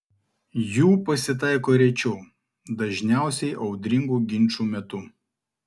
jų pasitaiko rečiau dažniausiai audringų ginčų metu